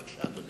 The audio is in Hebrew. בבקשה, אדוני.